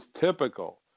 typical